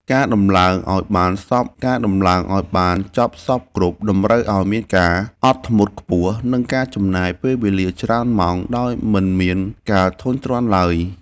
ការដំឡើងឱ្យបានចប់សព្វគ្រប់តម្រូវឱ្យមានការអត់ធ្មត់ខ្ពស់ និងការចំណាយពេលវេលាច្រើនម៉ោងដោយមិនមានការធុញទ្រាន់ឡើយ។